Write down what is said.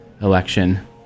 election